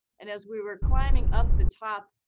and as we were climbing up the top,